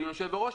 אדוני היושב-ראש,